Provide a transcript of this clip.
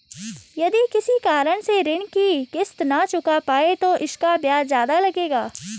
यदि किसी कारण से ऋण की किश्त न चुका पाये तो इसका ब्याज ज़्यादा लगेगा?